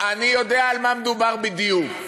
אני יודע על מה מדובר בדיוק.